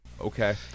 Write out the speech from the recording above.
Okay